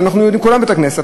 אנחנו יודעים שכולם בית-הכנסת.